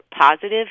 positive